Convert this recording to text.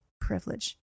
privilege